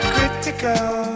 Critical